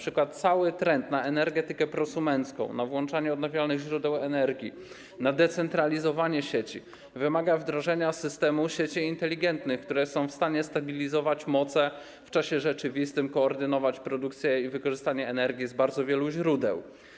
Cały trend dotyczący energetyki prosumenckiej, włączania odnawialnych źródeł energii, decentralizowania sieci wymaga np. wdrożenia systemu sieci inteligentnych, które są w stanie stabilizować moce w czasie rzeczywistym, koordynować produkcję i wykorzystanie energii z bardzo wielu źródeł.